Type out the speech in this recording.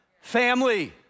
family